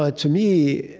ah to me,